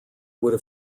would